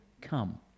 come